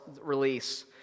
release